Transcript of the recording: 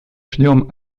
ждем